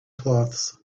cloths